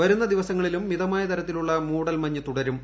വരുന്ന ദിവസങ്ങളിലും മിതമായ തരത്തിലുള്ള മൂടൽമഞ്ഞ് തുടരും